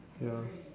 ya